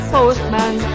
Postman